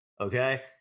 okay